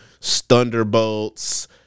Thunderbolts